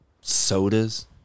sodas